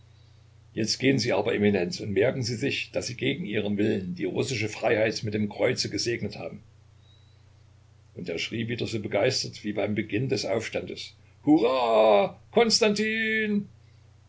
jetzt gehen sie aber eminenz und merken sie sich daß sie gegen ihren willen die russische freiheit mit dem kreuze gesegnet haben und er schrie wieder so begeistert wie beim beginn des aufstandes hurra